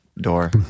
door